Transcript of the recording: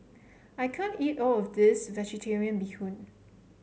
I can't eat all of this vegetarian Bee Hoon